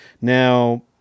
Now